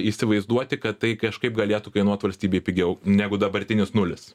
įsivaizduoti kad tai kažkaip galėtų kainuot valstybei pigiau negu dabartinis nulis